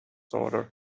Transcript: daughter